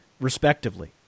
respectively